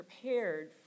prepared